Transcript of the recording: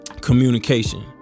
communication